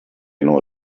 non